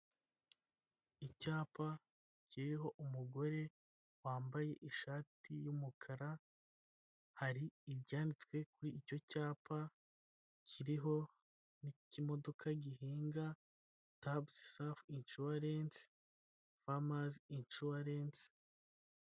Icyapa kiriho umugore wambaye ishati y'umukara, hari ibyanditswe kuri icyo cyapa, kiriho n'ikimodoka gihinga, tabuzi safu inshuwarensi, famazi inshuwarensi.